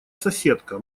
соседка